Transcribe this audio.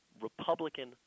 Republican